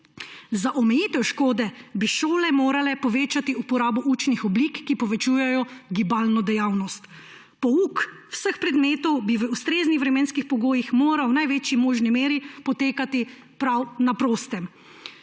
Za omejitev škode bi šole morale povečati uporabo učnih oblik, ki povečujejo gibalno dejavnost. Pouk vseh predmetov bi v ustreznih vremenskih pogojih moral v največji možni meri potekati prav na prostem.